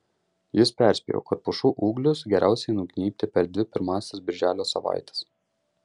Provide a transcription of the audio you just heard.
jis perspėjo kad pušų ūglius geriausiai nugnybti per dvi pirmąsias birželio savaites